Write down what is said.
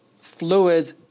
fluid